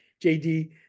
JD